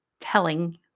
telling